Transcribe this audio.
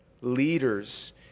leaders